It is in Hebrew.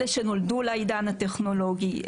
אלה שנולדו לעידן הטכנולוגי,